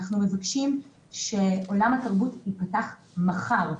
אנחנו מבקשים שעולם התרבות ייפתח מחר.